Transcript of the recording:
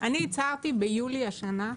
אני הצהרתי ביולי השנה,